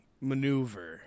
maneuver